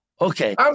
Okay